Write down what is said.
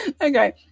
okay